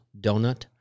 donut